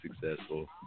successful